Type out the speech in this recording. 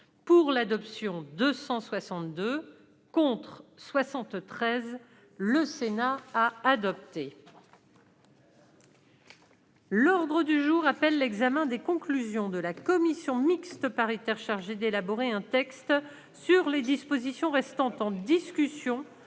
a adopté le projet de loi organique. L'ordre du jour appelle l'examen des conclusions de la commission mixte paritaire chargée d'élaborer un texte sur les dispositions restant en discussion